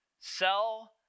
sell